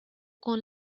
con